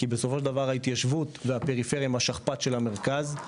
כי בסופו של דבר ההתיישבות והפריפריה הם השכפ"צ של המרכז.